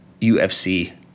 UFC